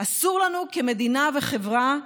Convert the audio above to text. אסור לנו כמדינה וכחברה,